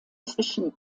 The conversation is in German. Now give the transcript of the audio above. zwischen